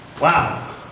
Wow